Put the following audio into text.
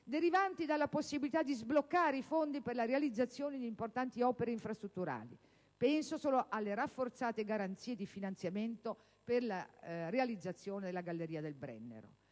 derivanti dalla possibilità di sbloccare i fondi per la realizzazione di importanti opere infrastrutturali? Penso solo alle rafforzate garanzie di finanziamento per la realizzazione della galleria del Brennero.